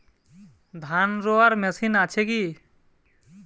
ধান রোয়ার মেশিন আছে কি?